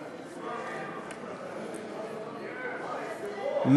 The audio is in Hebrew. הצעת ועדת הכנסת לבחור את חבר הכנסת